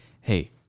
hey